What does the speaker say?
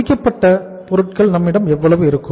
முடிக்கப்பட்ட பொருட்கள் நம்மிடம் எவ்வளவு இருக்கும்